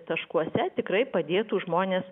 taškuose tikrai padėtų žmonės